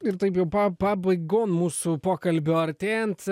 ir taip jau pa pabaigon mūsų pokalbių artėjant